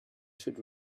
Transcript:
should